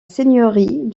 seigneurie